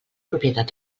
propietat